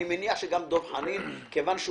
ואני מניח שגם דב חנין מכיוון שהוא